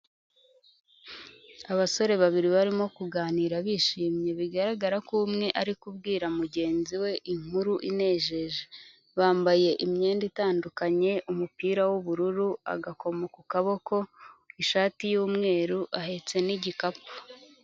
Abasore babiri barimo kuganira bishimye bigaragara ko umwe ari kubwira mugenzi we inkuru inejeje, bambaye imyenda itandukanye, umupira w'ubururu, agakomo ku kaboko, ishati y'umweru, ahetse n'igikapu.